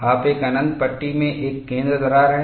आप एक अनंत पट्टी में एक केंद्र दरार है